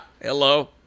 Hello